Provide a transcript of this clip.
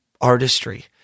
artistry